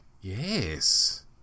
Yes